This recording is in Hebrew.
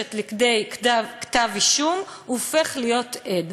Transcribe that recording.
מתגבשת לכדי כתב-אישום, הוא הופך להיות עד.